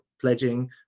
pledging